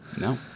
No